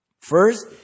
First